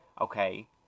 okay